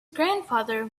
grandfather